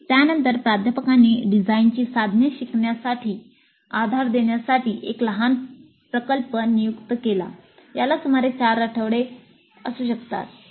त्यानंतर प्राध्यापकांनी डिझाइनची साधने शिकण्यासाठी आधार देण्यासाठी एक लहान प्रकल्प नियुक्त केला याला सुमारे 4 आठवडे असू शकतात